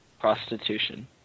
Prostitution